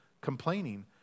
Complaining